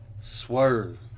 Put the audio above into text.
Swerve